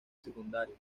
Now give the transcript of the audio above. secundaria